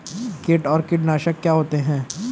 कीट और कीटनाशक क्या होते हैं?